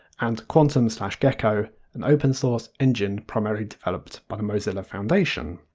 and quantum gecko an open source engine primarily developed by the mozilla foundation.